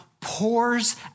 pours